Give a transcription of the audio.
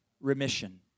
remission